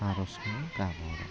आरजखौ गाबो